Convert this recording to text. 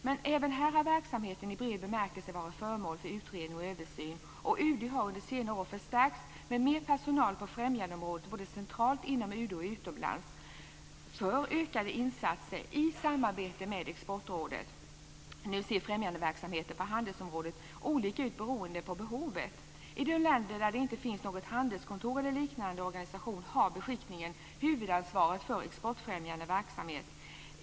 Men även här har verksamheten i bred bemärkelse varit föremål för utredning och översyn. Och UD har under senare år förstärkts med mer personal på främjandeområdet både centralt inom UD och utomlands för ökade insatser i samarbete med Exportrådet. Nu ser främjandeverksamheten på handelsområdet olika ut beroende på behovet. I de länder där det inte finns något handelskontor eller någon liknande organisation har beskickningen huvudansvaret för den exportfrämjande verksamheten.